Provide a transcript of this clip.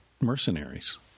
mercenaries